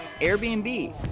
airbnb